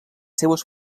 seues